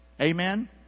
Amen